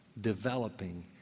developing